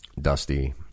Dusty